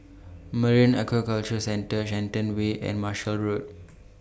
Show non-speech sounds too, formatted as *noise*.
Marine Aquaculture Centre Shenton Way and Marshall Road *noise*